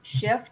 shift